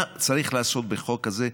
מה צריך לעשות בחוק הזה?